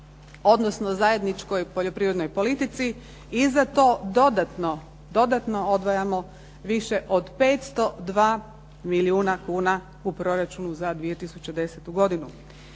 odnosno zajedničkoj poljoprivrednoj politici i za to dodatno odvajamo više od 502 milijuna kuna u proračunu za 2010. godinu.